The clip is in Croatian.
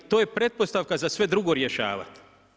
To je pretpostavka za sve drugo rješavati.